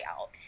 out